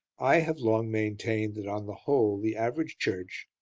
i have long maintained that on the whole the average church,